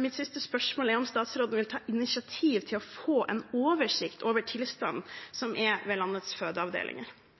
Mitt siste spørsmål er om statsråden vil ta initiativ til å få en oversikt over tilstanden ved landets fødeavdelinger.